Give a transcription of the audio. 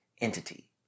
entity